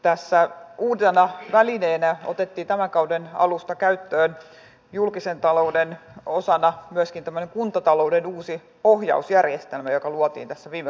tässä uutena välineenä otettiin tämän kauden alusta käyttöön julkisen talouden osana myöskin tämmöinen kuntatalouden uusi ohjausjärjestelmä joka luotiin tuossa viime kauden aikana